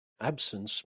absence